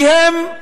כי הם,